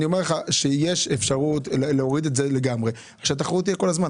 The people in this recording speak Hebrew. אני אומר לך שיש אפשרות להוריד את זה לגמרי והתחרות תהיה כל הזמן.